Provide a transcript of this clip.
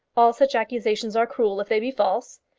all such accusations are cruel, if they be false.